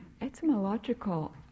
etymological